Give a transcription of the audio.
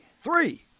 Three